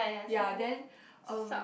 ya then uh